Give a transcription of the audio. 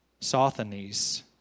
Sothenes